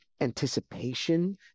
anticipation